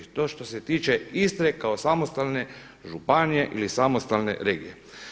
To što se tiče Istre kao samostalne županije ili samostalne regije.